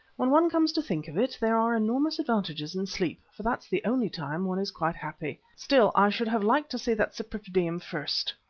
when one comes to think of it there are enormous advantages in sleep, for that's the only time one is quite happy. still, i should have liked to see that cypripedium first.